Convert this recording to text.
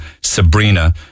Sabrina